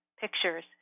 pictures